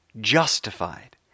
justified